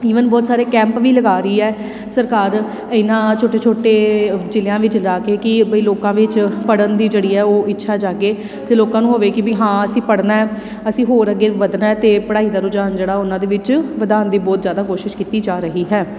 even ਬਹੁਤ ਸਾਰੇ camp ਵੀ ਲਗਾ ਰਹੀ ਹੈ ਸਰਕਾਰ ਇਨ੍ਹਾਂ ਛੋਟੇ ਛੋਟੇ ਜ਼ਿਲ੍ਹਿਆਂ ਵਿੱਚ ਜਾ ਕੇ ਕਿ ਬਈ ਲੋਕਾਂ ਵਿੱਚ ਪੜ੍ਹਨ ਦੀ ਜਿਹੜੀ ਹੈ ਉਹ ਇੱਛਾ ਜਾਗੇ ਅਤੇ ਲੋਕਾਂ ਨੂੰ ਹੋਵੇ ਕਿ ਵੀ ਹਾਂ ਅਸੀਂ ਪੜ੍ਹਨਾ ਅਸੀਂ ਹੋਰ ਅੱਗੇ ਵਧਣਾ ਅਤੇ ਪੜ੍ਹਾਈ ਦਾ ਰੁਝਾਨ ਜਿਹੜਾ ਉਹਨਾਂ ਦੇ ਵਿੱਚ ਵਧਾਉਣ ਦੀ ਬਹੁਤ ਜ਼ਿਆਦਾ ਕੋਸ਼ਿਸ਼ ਕੀਤੀ ਜਾ ਰਹੀ ਹੈ